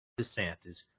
DeSantis